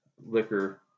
liquor